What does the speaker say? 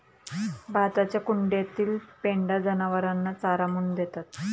भाताच्या कुंड्यातील पेंढा जनावरांना चारा म्हणून देतात